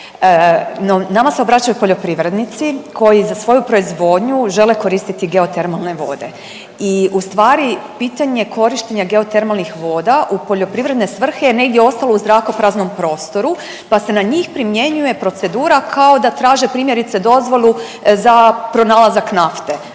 nama se obraćaju poljoprivrednici koji za svoju proizvodnju žele koristiti geotermalne vode i ustvari pitanje korištenja geotermalnih voda u poljoprivredne svrhe je negdje ostalo u zrakopraznom prostoru pa se na njih primjenjuje procedura kao da traže primjerice dozvolu za pronalazak nafte.